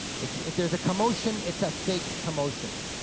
if you if there's a commotion, it's a fake commotion.